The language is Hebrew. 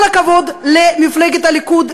כל הכבוד למפלגת הליכוד,